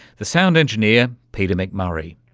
the sound engineer, peter mcmurray.